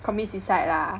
commit suicide lah